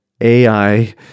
AI